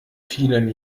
vielen